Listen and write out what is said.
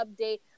update